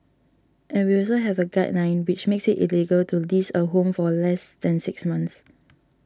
and we also have a guideline which makes it illegal to lease a home for less than six months